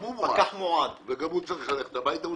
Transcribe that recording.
והוא צריך ללכת הביתה.